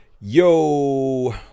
Yo